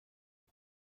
کرد